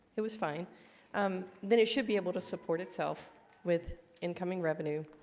it was fine um then it should be able to support itself with incoming revenue,